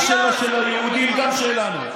ומה שליהודים, גם שלנו.